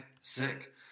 sick